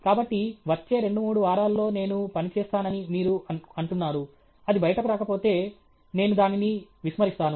కాబట్టి వచ్చే రెండు మూడు వారాల్లో నేను పని చేస్తానని మీరు అంటున్నారు అది బయటకు రాకపోతే నేను దానిని విస్మరిస్తాను